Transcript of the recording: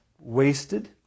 Wasted